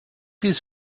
his